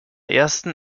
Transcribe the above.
ersten